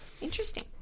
Interesting